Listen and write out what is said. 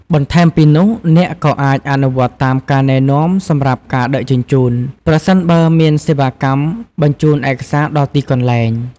បន្ថែមពីនោះ អ្នកក៏អាចអនុវត្តតាមការណែនាំសម្រាប់ការដឹកជញ្ជូន ប្រសិនបើមានសេវាកម្មបញ្ជូនឯកសារដល់ទីកន្លែង។